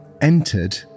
entered